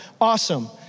Awesome